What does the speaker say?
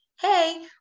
hey